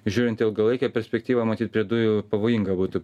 žiūrint į ilgalaikę perspektyvą matyt prie dujų pavojinga būtų